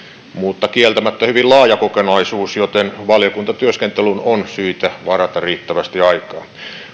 mutta kieltämättä hyvin laaja kokonaisuus joten valiokuntatyöskentelyyn on syytä varata riittävästi aikaa